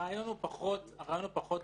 הרעיון הוא פחות על הייצור.